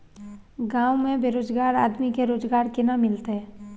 गांव में बेरोजगार आदमी के रोजगार केना मिलते?